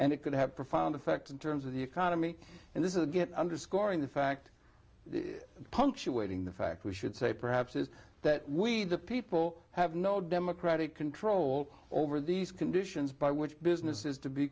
and it could have profound effect in terms of the economy and this is a good underscoring the fact punctuating the fact we should say perhaps is that we the people have no democratic control over these conditions by which business is to be